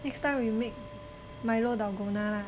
next time we make Milo dalgona lah